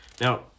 Now